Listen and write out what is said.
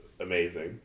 amazing